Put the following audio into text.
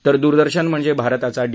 तर दूरदर्शन म्हणजे भारताचा डी